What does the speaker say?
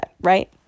right